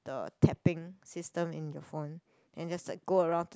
the tapping system in your phone then just like go around to